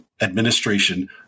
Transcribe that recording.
administration